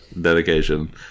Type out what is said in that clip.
dedication